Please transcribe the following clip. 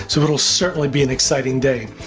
so it will certainly be an exciting day!